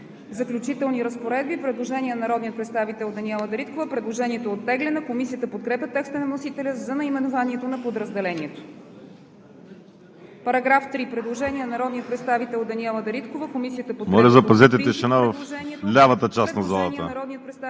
„Заключителни разпоредби“ – Предложение на народния представител Даниела Дариткова. Предложението е оттеглено. Комисията подкрепя текста на вносителя за наименованието на подразделението. По § 3 има предложение на народния представител Даниела Дариткова. Комисията подкрепя по принцип предложението.